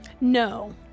No